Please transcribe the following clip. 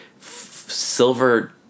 Silver